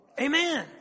Amen